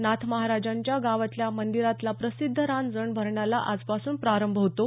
नाथ महाराजांच्या गावातल्या मंदिरातला प्रसिद्ध रांजण भरण्याला आजपासून प्रारंभ होतो